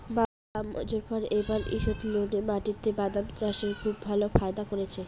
বাঃ মোজফ্ফর এবার ঈষৎলোনা মাটিতে বাদাম চাষে খুব ভালো ফায়দা করেছে